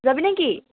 যাবি নেকি